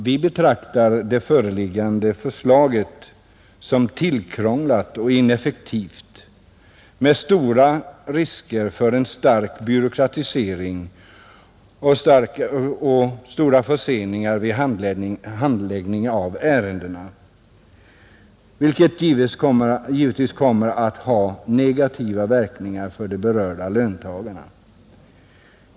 Vi betraktar det föreliggande förslaget så tillkrånglat och ineffektivt med stora risker för en stark byråkratisering och stora förseningar vid handläggningen av ärendena, vilket givetvis kommer att ha negativa verkningar för de berörda löntagarna.